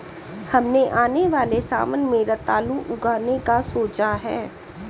हमने आने वाले सावन में रतालू उगाने का सोचा है